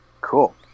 Cool